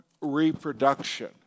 reproduction